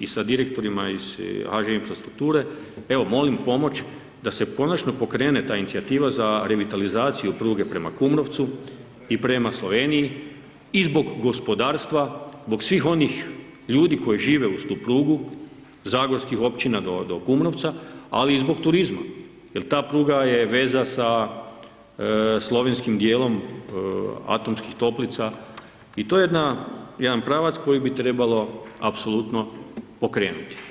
i sa direktorima iz HŽ Infrastrukture, evo molim pomoć da se konačne pokrene ta inicijativa za revitalizaciju pruge prema Kumrovcu i prema Sloveniji i zbog gospodarstva, zbog svih onih ljudi koji žive uz tu prugu, zagorskih općina do Kumrovca, ali i zbog turizma jer ta pruga je veza sa slovenskim dijelom Atomskih toplica i to jedan pravac koji bi trebalo apsolutno pokrenuti.